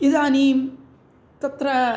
इदानीं तत्र